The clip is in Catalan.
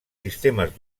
sistemes